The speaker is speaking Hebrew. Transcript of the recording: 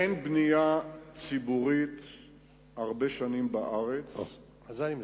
בנייה ציבורית בארץ, או, על זה אני מדבר.